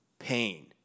pain